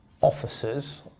officers